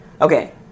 Okay